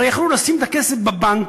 הרי יכלו לשים את הכסף בבנק,